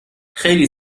خیلی